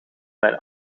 mijn